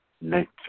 nature